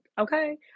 Okay